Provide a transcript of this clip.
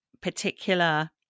particular